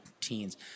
teens